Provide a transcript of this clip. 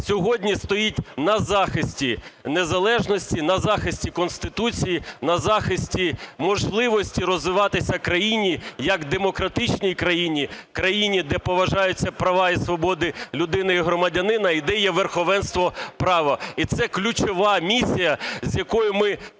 сьогодні стоїть на захисті незалежності, на захисті Конституції, на захисті можливості розвиватися країні як демократичній країні – країні, де поважаються права і свободи людини і громадянина і де є верховенство права. І це ключова місія, з якою ми так